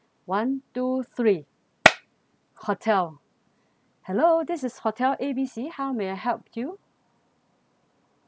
one two three hotel hello this is hotel A B C how may I help you